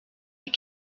est